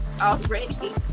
already